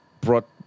brought